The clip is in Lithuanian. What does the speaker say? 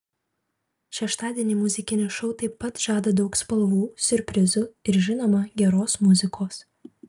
šeštadienį muzikinis šou taip pat žada daug spalvų siurprizų ir žinoma geros muzikos